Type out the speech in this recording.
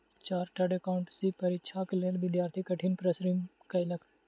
chartered accountancy परीक्षाक लेल विद्यार्थी कठिन परिश्रम कएलक